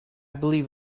believe